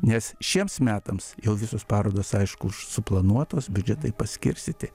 nes šiems metams jau visos parodos aišku už suplanuotos biudžetai paskirstyti